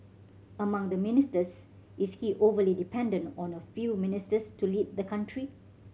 among the ministers is he overly dependent on a few ministers to lead the country